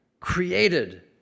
created